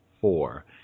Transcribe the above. four